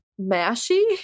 Mashy